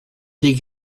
des